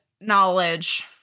knowledge